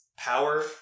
Power